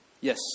Yes